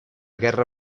guerra